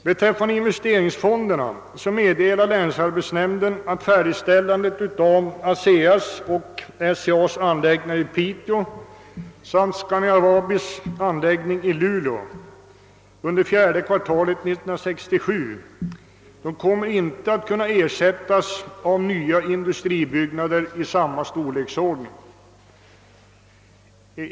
Beträffande investeringsfonderna har länsarbetsnämnden meddelat att efter färdigställandet av ASEA:s och SCA:s anläggningar i Piteå samt Scania-Vabis att minska arbetslösheten i Norrbotten anläggning i Luleå under fjärde kvartalet 1967 nya industribyggen av samma storleksordning ej kommer att kunna igångsättas som ersättning.